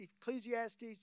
Ecclesiastes